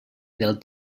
del